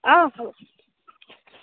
অঁ হ'ব